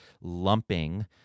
lumping